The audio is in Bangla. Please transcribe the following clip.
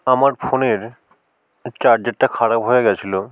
আমার ফোনের চার্জারটা খারাপ হয়ে গিয়েছিল